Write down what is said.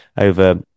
over